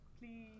please